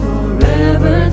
Forever